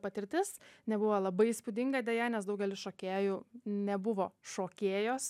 patirtis nebuvo labai įspūdinga deja nes daugelis šokėjų nebuvo šokėjos